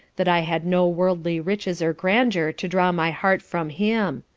that i had no worldly riches or grandeur to draw my heart from him.